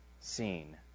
seen